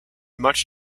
much